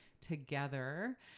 together